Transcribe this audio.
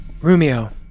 Romeo